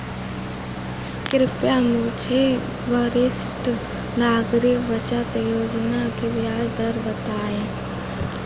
कृपया मुझे वरिष्ठ नागरिक बचत योजना की ब्याज दर बताएं